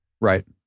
Right